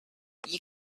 you